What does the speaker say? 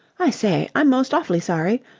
i say, i'm most awfully sorry.